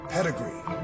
Pedigree